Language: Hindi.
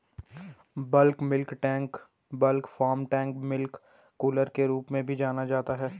bulk milk tank bulk farm tank milk cooler के रूप में भी जाना जाता है,